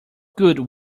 good